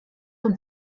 uns